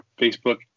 Facebook